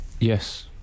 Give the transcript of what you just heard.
Yes